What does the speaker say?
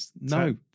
No